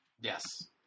Yes